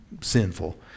sinful